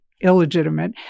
illegitimate